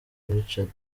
richard